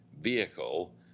vehicle